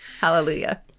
Hallelujah